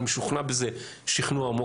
אני משוכנע בזה שכנוע עמוק,